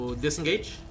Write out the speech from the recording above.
disengage